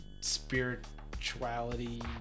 spirituality